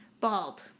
bald